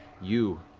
you,